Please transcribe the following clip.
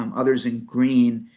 um others in green,